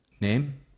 Name